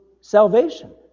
salvation